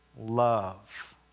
love